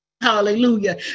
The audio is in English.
Hallelujah